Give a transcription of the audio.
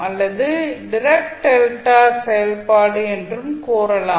அல்லது track delta செயல்பாடு என்றும் கூறலாம்